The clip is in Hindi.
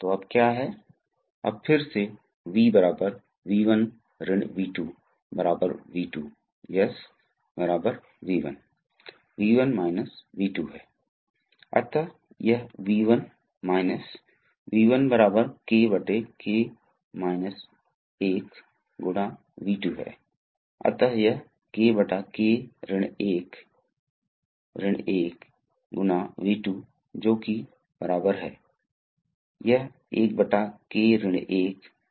तो यहाँ क्या हो रहा है कि यह एक स्प्रिंग है यह एक स्प्रिंग है और यह एक गेंद है यह वास्तव में एक गेंद है ठोस गेंद हो सकती है इसलिए क्या हो रहा है अगर प्रवाह दिशा में है तब गेंद को स्प्रिंग के साथ धकेला जाएगा और यह पानी होगा द्रव इससे होक बहेगा जैसे स्प्रिंग के माध्यम से लेकिन जब जब प्रवाह इस दिशा में होगा तब गेंद को धक्का दिया जाएगा यह दिशा और यह इस पोर्ट इस पोर्ट में सेटल हो के बंद कर देगी इसलिए द्रव इस दिशा से इस तरह नहीं बह सकता है जबकि यह इसके माध्यम से स्वतंत्र रूप से प्रवाह कर सकता है